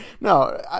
No